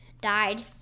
died